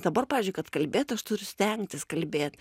dabar pavyzdžiui kad kalbėt aš turiu stengtis kalbėt